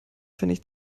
pfennig